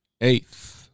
eighth